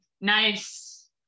Nice